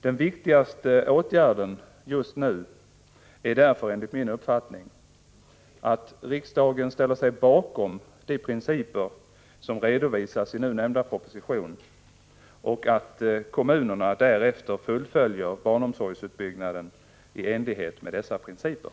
Den viktigaste åtgärden just nu är därför, enligt min mening, att riksdagen ställer sig bakom de principer som redovisas i nämnda proposition och att kommunerna därefter fullföljer barnomsorgsutbyggnaden i enlighet med dessa principer.